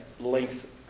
length